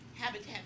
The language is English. Habitat